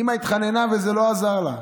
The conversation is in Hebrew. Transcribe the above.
אימא התחננה וזה לא עזר לה.